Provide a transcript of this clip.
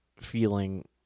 feeling